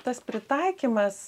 tas pritaikymas